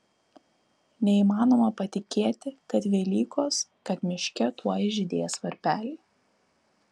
neįmanoma patikėti kad velykos kad miške tuoj žydės varpeliai